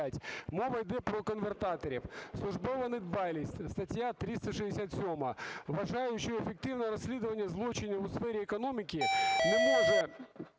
мова йде про конвертаторів, службова недбалість (стаття 367). Вважаю, що ефективне розслідування злочинів у сфері економіки неможливе,